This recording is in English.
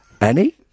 Annie